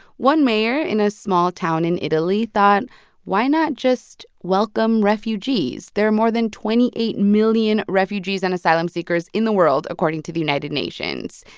one mayor in a small town in italy thought why not just welcome refugees? there are more than twenty eight million refugees and asylum-seekers in the world according to the united nations,